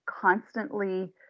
constantly